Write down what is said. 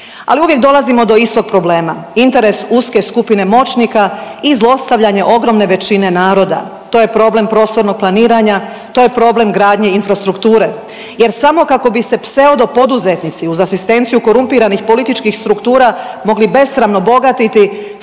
Ali uvijek dolazimo do istog problema, interes uske skupine moćnika i zlostavljanje ogromne većine naroda, to je problem prostornog planiranja, to je problem gradnje infrastrukture jer samo kako bi se pseudo poduzetnici uz asistenciju korumpiranih političkih struktura mogli besramno bogatiti